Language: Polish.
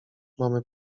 mamy